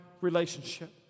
relationship